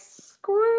screw